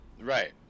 Right